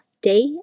day